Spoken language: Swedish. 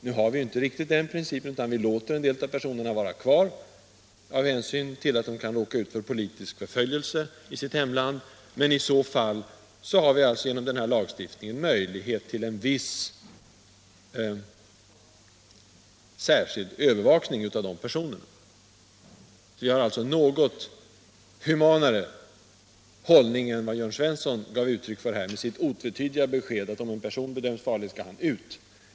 Nu har vi inte riktigt den principen, utan vi låter en del av dessa personer vara kvar, av hänsyn till att de kan råka ut för politisk förföljelse i sitt hemland. Med den här lagstiftningen har vi möjlighet till en viss särskild övervakning av dem. Vi har alltså en något humanare hållning än den som Jörn Svensson gav uttryck för, med sitt otvetydiga besked att om en person är farlig så skall han ut ur landet.